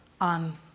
on